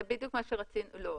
לא.